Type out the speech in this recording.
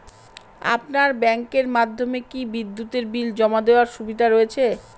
আপনার ব্যাংকের মাধ্যমে কি বিদ্যুতের বিল জমা দেওয়ার সুবিধা রয়েছে?